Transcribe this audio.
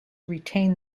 retain